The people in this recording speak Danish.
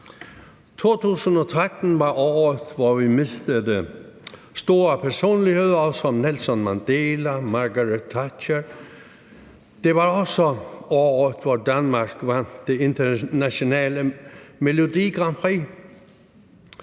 2013 var året, hvor vi mistede store personligheder som Nelson Mandela og Margaret Thatcher. Det var også året, hvor Danmark vandt det internationale Melodi Grand Prix,